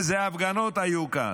איזה הפגנות היו כאן.